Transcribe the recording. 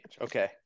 Okay